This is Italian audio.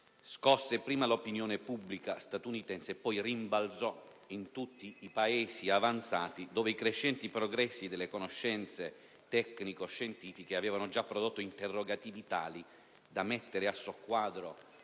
scosse l'opinione pubblica statunitense e poi rimbalzò in tutti i Paesi avanzati, dove i crescenti progressi delle conoscenze tecnico-scientifiche avevano già prodotto interrogativi tali da mettere a soqquadro